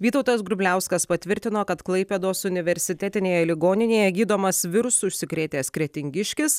vytautas grubliauskas patvirtino kad klaipėdos universitetinėje ligoninėje gydomas virusu užsikrėtęs kretingiškis